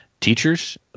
teachers